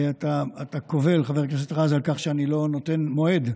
אתה קובל, חבר הכנסת רז, על כך שאני לא נותן מועד.